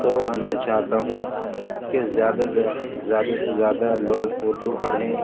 تو میں چاہتا ہوں کہ زیادہ زیا زیادہ سے زیادہ لوگ اردو پڑھیں